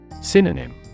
Synonym